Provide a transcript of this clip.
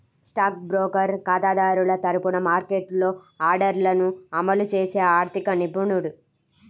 stock broker ఖాతాదారుల తరపున మార్కెట్లో ఆర్డర్లను అమలు చేసే ఆర్థిక నిపుణుడు